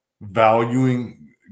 valuing